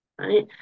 right